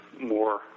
more